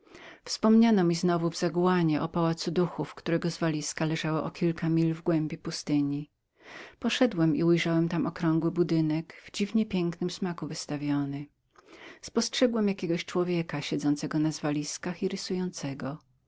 wspominano mi znowu w zawanie o pałacu gienjuszów którego zwaliska leżały o kilka mil w głębi pustyni poszedłem i tam i ujrzałem okrągły budynek w dziwnie pięknym smaku wystawiony spostrzegłem jakiegoś człowieka siedzącego na zwaliskach i rysującego zapytałem go